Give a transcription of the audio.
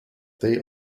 they